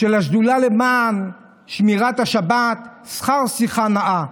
של השדולה למען שמירת השבת "שכר שיחה נאה":